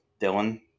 Dylan